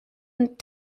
and